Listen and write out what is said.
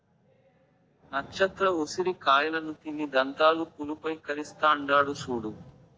నచ్చత్ర ఉసిరి కాయలను తిని దంతాలు పులుపై కరస్తాండాడు సూడు